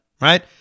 right